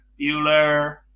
Bueller